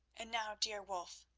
and now, dear wulf,